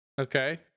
Okay